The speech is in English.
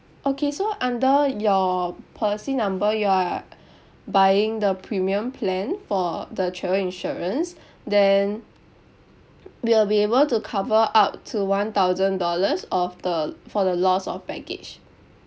okay so under your policy number you are buying the premium plan for the travel insurance then we will be able to cover up to one thousand dollars of the for the loss of baggage